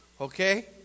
Okay